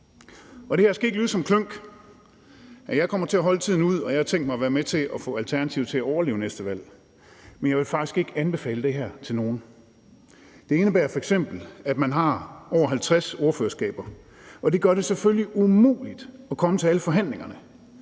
her skal ikke lyde som klynk. Jeg kommer til at holde tiden ud, og jeg har tænkt mig at være med til at få Alternativet til at overleve næste valg, men jeg vil faktisk ikke anbefale det her til nogen. Det indebærer f.eks., at man har over 50 ordførerskaber, og det gør det selvfølgelig umuligt at komme til alle forhandlingerne.